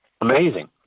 amazing